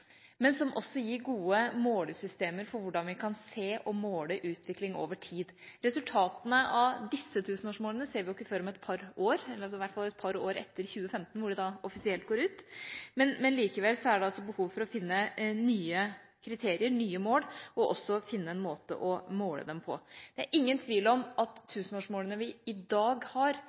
som også gir gode målesystemer for hvordan vi kan se og måle utvikling over tid. Resultatene av disse tusenårsmålene ser vi ikke før om et par år – i hvert fall et par år etter 2015 da de offisielt går ut – men likevel er det behov for å finne nye kriterier, nye mål, og også å finne en måte å måle dem på. Det er ingen tvil om at de tusenårsmålene vi har i dag, har